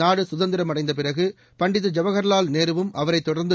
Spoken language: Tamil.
நாடு குதந்திரம் அடைந்த பிறகு பண்டித ஜவஹர்வால் நேருவும் அவரைத் தொடர்ந்து